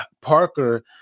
Parker